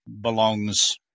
belongs